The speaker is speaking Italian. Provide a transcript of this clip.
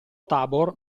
tabor